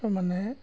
তাৰমানে